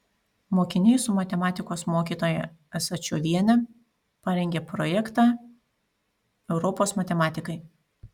mokiniai su matematikos mokytoja asačioviene parengė projektą europos matematikai